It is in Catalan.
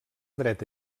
dreta